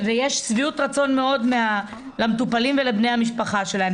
ויש שביעות רצון למטופלים ולבני המשפחה שלהם.